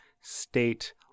state